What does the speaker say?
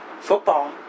football